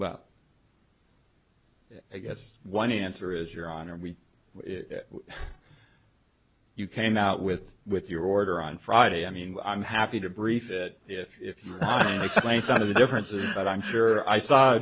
well i guess one answer is your honor we you came out with with your order on friday i mean i'm happy to brief if you explain some of the differences but i'm sure i saw